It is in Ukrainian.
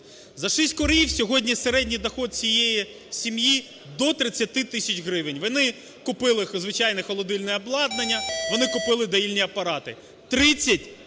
За 6 корів сьогодні середній дохід цієї сім'ї до 30 тисяч гривень. Вони купили звичайне холодильне обладнання, вони купили доїльні апарати – 30 тисяч